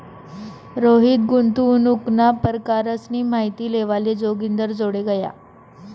रोहित गुंतवणूकना परकारसनी माहिती लेवाले जोगिंदरजोडे गया